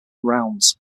rounds